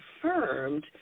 confirmed